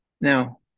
Now